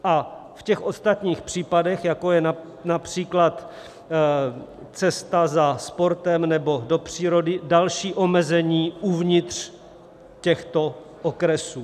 V těch ostatních případech, jako je například cesta za sportem nebo do přírody, další omezení uvnitř těchto okresů.